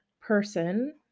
person